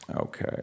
okay